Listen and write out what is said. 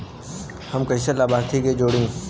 हम कइसे लाभार्थी के जोड़ी?